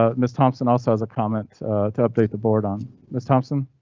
ah miss thompson also has a comment to update the board on miss thompson.